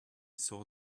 saw